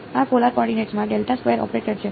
આ પોલાર કોઓર્ડિનેટ્સમાં ઓપરેટર છે